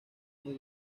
muy